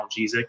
analgesic